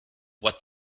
what